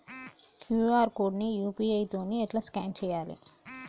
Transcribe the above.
QR code ని UPI తోని ఎట్లా స్కాన్ చేయాలి?